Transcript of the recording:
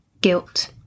Guilt